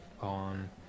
on